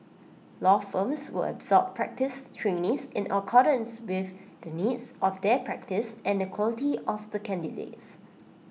law firms will absorb practice trainees in accordance with the needs of their practice and the quality of the candidates